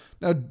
Now